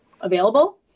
available